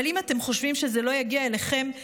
אבל אם אתם חושבים שזה לא יגיע אליכם,